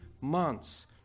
months